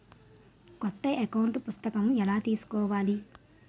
కొత్త అకౌంట్ పుస్తకము ఎలా తీసుకోవాలి?